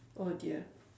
oh dear